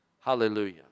Hallelujah